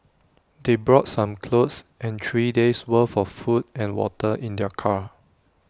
they brought some clothes and three days worth of food and water in their car